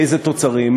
לאיזה תוצרים?